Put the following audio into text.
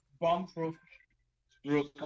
Bomb-proof